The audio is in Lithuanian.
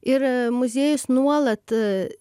ir muziejus nuolat